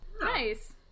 nice